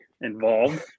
involved